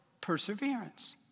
perseverance